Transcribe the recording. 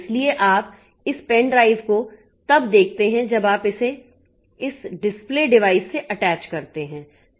इसलिए आप इस पेन ड्राइव को तब देखते हैं जब आप इस डिस्प्ले डिवाइस से अटैच करते हैं